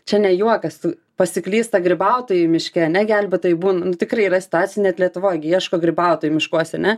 čia ne juokas tu pasiklysta grybautojai miške ane gelbėtojai būn nu tikrai yra situacijų net lietuvoj gi ieško grybautojų miškuose ne